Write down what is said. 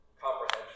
comprehension